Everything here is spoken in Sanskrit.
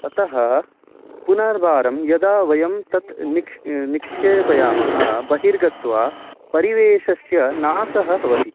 अतः पुनर्वारं यदा वयं तत् निक्ष् निक्षेपयामः बहिर्गत्वा परिवेशस्य नाशः भवति